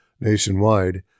Nationwide